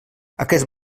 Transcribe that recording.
aquest